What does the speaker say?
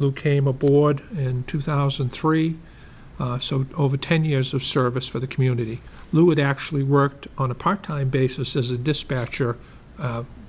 who came aboard in two thousand and three so over ten years of service for the community lou it actually worked on a part time basis as a dispatcher